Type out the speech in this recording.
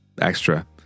extra